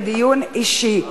בדיון אישי.